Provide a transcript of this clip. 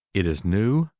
it is new,